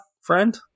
friend